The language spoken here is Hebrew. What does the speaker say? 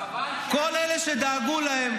כל אלה שדאגו להם,